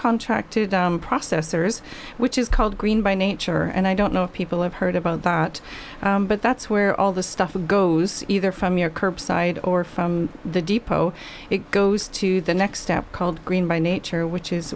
contracted processors which is called green by nature and i don't know if people have heard about that but that's where all the stuff goes either from your curbside or from the depot it goes to the next step called green by nature which is